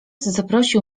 zaprosił